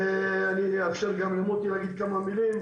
ואאפשר גם למוטי לומר כמה מילים.